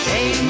Hey